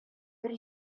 бер